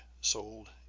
sold